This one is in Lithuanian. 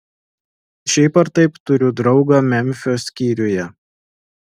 šiaip ar taip turiu draugą memfio skyriuje